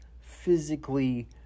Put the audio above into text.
physically